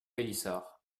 pélissard